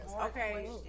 Okay